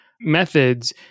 methods